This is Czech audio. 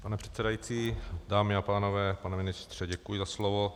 Pane předsedající, dámy a pánové, pane ministře, děkuji za slovo.